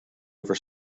over